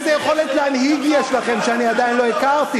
איזו יכולת להנהיג יש לכם שאני עדיין לא הכרתי?